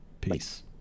Peace